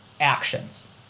actions